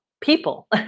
people